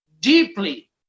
deeply